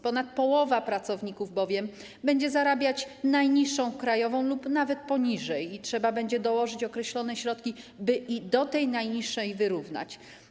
Ponad połowa pracowników będzie bowiem zarabiać najniższą krajową lub nawet mniej i trzeba będzie dołożyć określone środki, by do tej najniższej krajowej wyrównać.